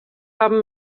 haben